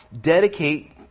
dedicate